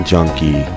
Junkie